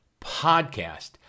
podcast